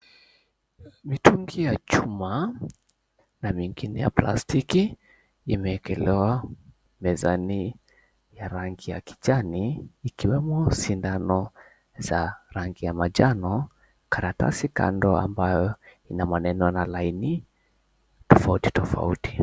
Mitungi ya chuma na mengine ya plastiki imewekelewa mezani ya rangi ya kijani, ikiwemo; sindano za rangi ya manjano, karatasi kando ambayo ina maneno yana laini tofauti tofauti.